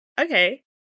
Okay